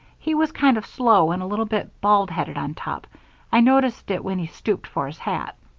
he was kind of slow and a little bit bald-headed on top i noticed it when he stooped for his hat.